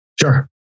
Sure